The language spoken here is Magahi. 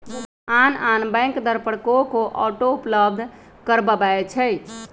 आन आन बैंक दर पर को को ऑटो उपलब्ध करबबै छईं